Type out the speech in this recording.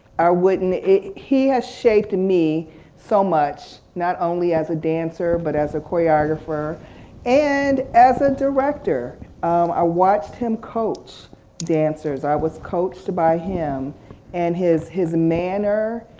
i wouldn't, he has shaped me so much not only as a dancer but as a choreographer and as a director i watched him coach dancers i was coached by him and his his manner,